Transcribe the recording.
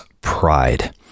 Pride